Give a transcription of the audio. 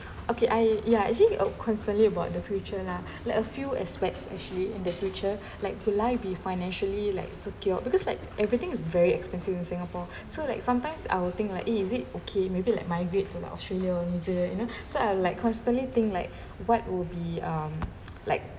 okay I ya actually uh constantly about the future lah like a few aspects actually in the future like will life be financially like secured because like everything is very expensive in singapore so like sometimes I will think like eh is it okay maybe like migrate to like australia new zealand you know so I like constantly think like what would be um like